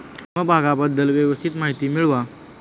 समभागाबद्दल व्यवस्थित माहिती मिळवा